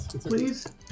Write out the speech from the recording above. Please